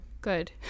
good